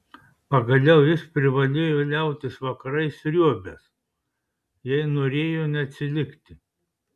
pagaliau jis privalėjo liautis vakarais sriuobęs jei norėjo neatsilikti